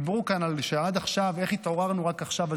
דיברו כאן על איך התעוררנו רק עכשיו,